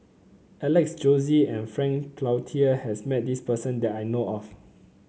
Alex Josey and Frank Cloutier has met this person that I know of